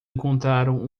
encontraram